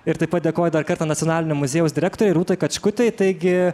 ir taip pat dėkoju dar kartą nacionalinio muziejaus direktorei rūtai kačkutei taigi